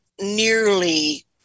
nearly